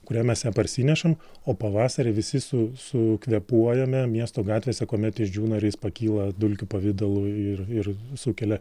kurią mes ją parsinešam o pavasarį visi su sukvėpuojame miesto gatvėse kuomet išdžiūna ir jis pakyla dulkių pavidalu ir ir sukelia